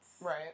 Right